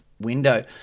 window